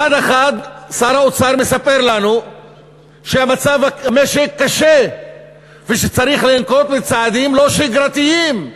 מצד אחד שר האוצר מספר לנו שמצב המשק קשה וצריך לנקוט צעדים לא שגרתיים,